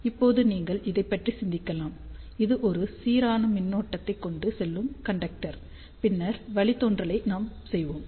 இப்போது நீங்கள் இதைப் பற்றி சிந்திக்கலாம் இது ஒரு சீரான மின்னோட்டத்தை கொண்டு செல்லும் கண்டெக்டர் பின்னர் வழித்தோன்றலை நாம் செய்வோம்